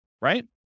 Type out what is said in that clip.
right